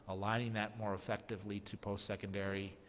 aligning that more effectively to post secondary